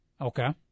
Okay